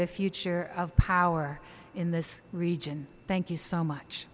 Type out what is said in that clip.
the future of power in this region thank you so much